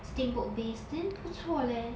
steamboat base then 不错 leh